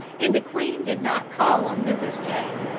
and the queen did not call on mrs. jay.